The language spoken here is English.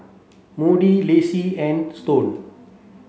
Moody Lacey and Stone